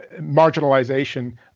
marginalization